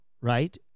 right